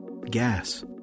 gas